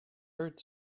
heard